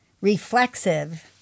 reflexive